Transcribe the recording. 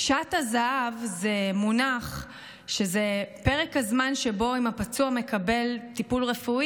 "שעת הזהב" זה פרק הזמן שבו אם הפצוע מקבל טיפול רפואי,